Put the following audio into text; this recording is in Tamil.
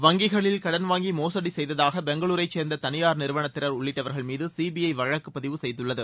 வங்கிகளில் கடன் வாங்கி மோசடி செய்ததாக பெங்களுரைச் சேர்ந்த தனியார் நிறுவனத்தினர் உள்ளிட்டவர்கள் மீது சிபிஐ வழக்கு பதிவு செய்துள்ளது